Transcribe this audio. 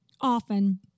often